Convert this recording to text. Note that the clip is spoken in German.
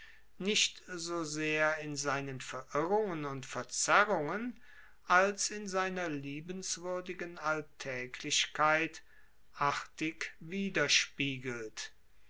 nicht so sehr in seinen verirrungen und verzerrungen als in seiner liebenswuerdigen alltaeglichkeit artig widergespiegelt